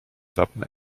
wappen